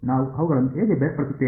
ನಾವು ಅವುಗಳನ್ನು ಹೇಗೆ ಬೇರ್ಪಡಿಸುತ್ತೇವೆ